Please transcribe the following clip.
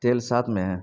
تیل ساتھ میں ہے